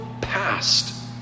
past